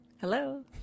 Hello